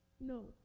No